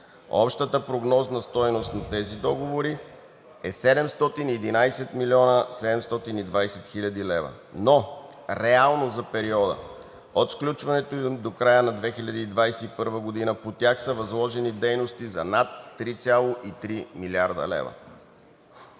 Общата прогнозна стойност на тези договори е 711 млн. 720 хил. лв., но реално за периода от сключването им до края на 2021 г. по тях са възложени дейности за над 3,3 млрд. лв.